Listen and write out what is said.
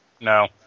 No